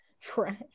Trash